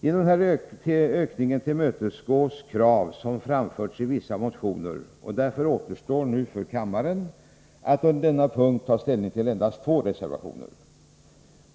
Genom denna ökning tillmötesgår man de krav som framförts i vissa motioner, och därför återstår det nu för kammaren att under denna punkt ta ställning till endast två reservationer.